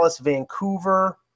Vancouver